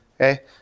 Okay